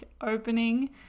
opening